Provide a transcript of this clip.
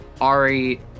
Ari